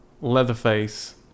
Leatherface